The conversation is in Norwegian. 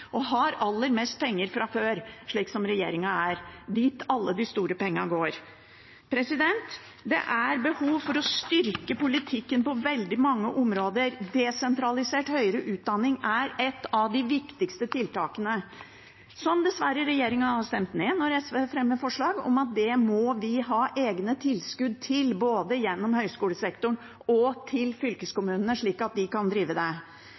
og har aller mest penger fra før, slik regjeringen er. Det er dit alle de store pengene går. Det er behov for å styrke politikken på veldig mange områder. Desentralisert høyere utdanning er et av de viktigste tiltakene, som regjeringspartiene dessverre har stemt ned når SV har fremmet forslag om at vi må ha egne tilskudd til det, både gjennom høyskolesektoren og til fylkeskommunene, slik at de kan drive det.